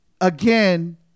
again